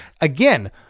again